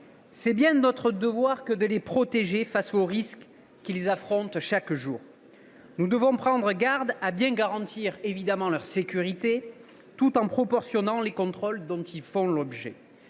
C’est notre devoir que de les protéger face aux risques qu’ils affrontent chaque jour. Nous devons prendre garde à garantir leur sécurité, tout en proportionnant les contrôles dont ils font l’objet.